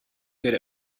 good